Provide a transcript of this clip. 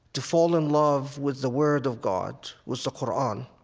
to fall in love with the word of god, with the qur'an,